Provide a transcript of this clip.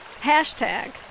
Hashtag